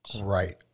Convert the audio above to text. Right